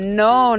no